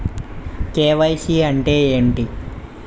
KYC అంటే ఏంటి?